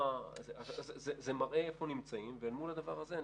זה מראה היכן נמצאים ואל מול הדבר הזה אני